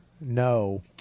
No